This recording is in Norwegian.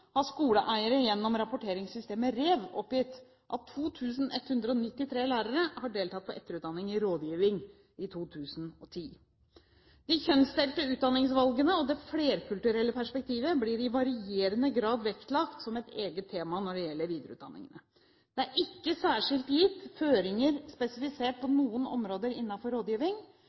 har skoleeiere gjennom rapporteringssystemet REV oppgitt at 2 193 lærere deltok på etterutdanning i rådgiving i 2010. De kjønnsdelte utdanningsvalgene og det flerkulturelle perspektivet blir i varierende grad vektlagt som et eget tema når det gjelder videreutdanningene. Det er ikke gitt særskilte føringer spesifisert på noen områder innenfor rådgiving.